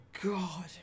God